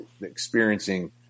experiencing